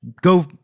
go